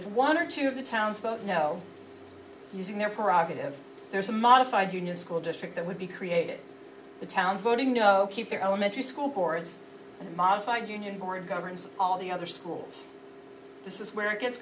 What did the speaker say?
if one or two of the towns vote no using their prerogative there is a modified union school district that would be created the towns voting no keep their elementary school boards in the modified union or it governs all the other schools this is where it gets